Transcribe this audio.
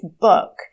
book